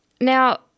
Now